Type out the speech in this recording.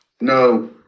No